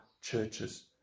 churches